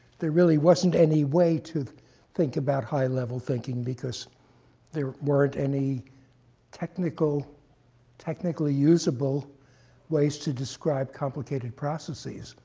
there really wasn't any way to think about high level thinking. because there weren't any technically technically usable ways to describe complicated processes.